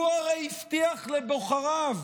הוא הרי הבטיח לבוחריו